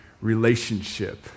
relationship